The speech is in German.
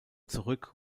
zurück